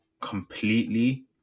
completely